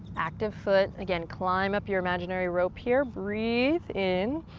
active foot, again climb up your imaginary rope here. breathe in,